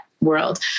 world